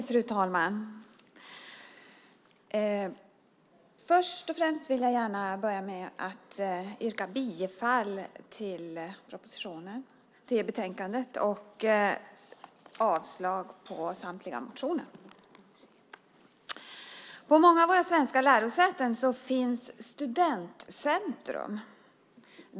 Fru talman! Först och främst vill jag gärna börja med att yrka bifall till förslaget i utskottets betänkande och avslag på samtliga motioner. På många av våra svenska lärosäten finns studentcentrum.